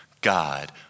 God